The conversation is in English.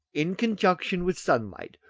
in conjunction with sunlight,